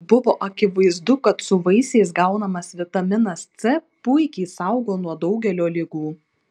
buvo akivaizdu kad su vaisiais gaunamas vitaminas c puikiai saugo nuo daugelio ligų